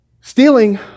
Stealing